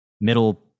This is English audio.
middle